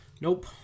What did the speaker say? Nope